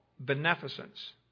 beneficence